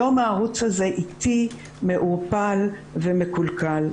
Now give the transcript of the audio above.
היום הערוץ הזה איטי, מעורפל ומקולקל.